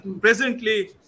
presently